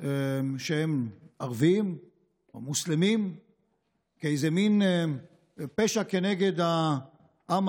שהם ערבים או מוסלמים באיזה מין פשע כנגד העם